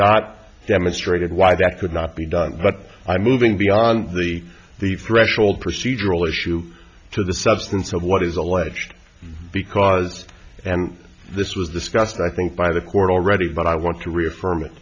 not demonstrated why that could not be done but i'm moving beyond the the threshold procedural issue to the substance of what is alleged because and this was discussed i think by the court already but i want